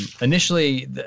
initially